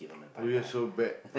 oh you are so bad